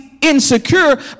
insecure